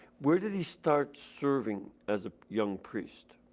where did he start serving as a young priest?